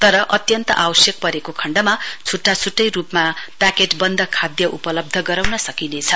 तर अत्यन्त आवश्यक परेको खण्डमा छुट्टा छुट्टै रुपमा प्याकेटवन्द खाद्य उपलब्ध गराउन सकिनेछ